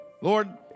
Lord